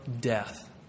death